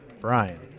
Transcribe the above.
Brian